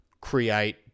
create